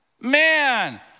Man